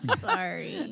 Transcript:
Sorry